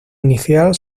inicial